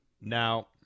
Now